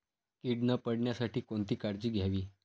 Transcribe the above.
कीड न पडण्यासाठी कोणती काळजी घ्यावी?